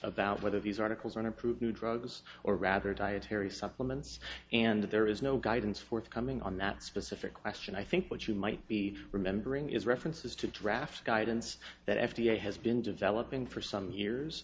about whether these articles are unapproved drugs or rather dietary supplements and there is no guidance forthcoming on that specific question i think what you might be remembering is references to draft guidance that f d a has been developing for some hears